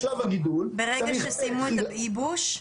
בשלב הגידול --- ברגע שסיימו את הייבוש?